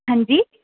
हंजी